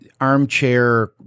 armchair